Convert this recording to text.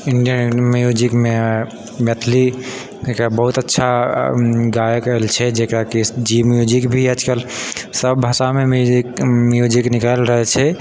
Indian म्यूजिकमे मैथिली एकरा बहुत अच्छा गायक आयल छै जकरा की ज़ी म्यूजिक भी आजकल सभभाषामे म्यूजिक म्यूजिक निकालि रहल छै